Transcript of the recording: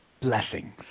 Blessings